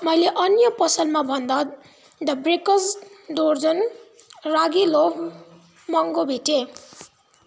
मैले अन्य पसलमा भन्दा the Bakers Dozen ragi loaf महँगो भेटेँ